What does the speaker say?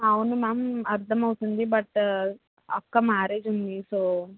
అవును మ్యామ్ అర్థమవుతుంది బట్ అక్క మ్యారేజ్ ఉంది సో